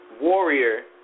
warrior